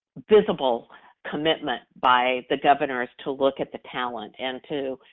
visible commitment by the governors to look at the talent and to,